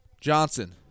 Johnson